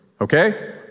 Okay